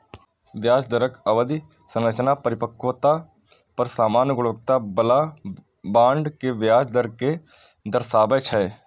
ब्याज दरक अवधि संरचना परिपक्वता पर सामान्य गुणवत्ता बला बांड के ब्याज दर कें दर्शाबै छै